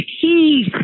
peace